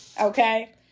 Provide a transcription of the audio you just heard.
okay